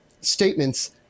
statements